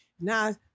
now